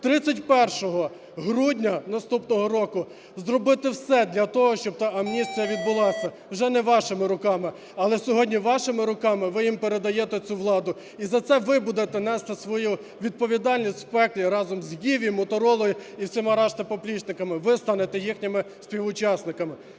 31 грудня наступного року зробити все для того, щоб та амністія відбулася вже не вашими руками, але сьогодні вашими руками ви їм передаєте цю владу. І за це ви будете нести свою відповідальність в пеклі разом з "Гіві", "Моторолою" і всіма решта поплічниками, ви станете їхніми співучасниками.